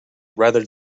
rather